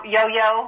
Yo-yo